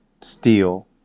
steel